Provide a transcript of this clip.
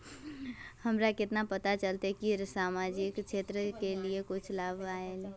हमरा केना पता चलते की सामाजिक क्षेत्र के लिए कुछ लाभ आयले?